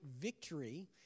victory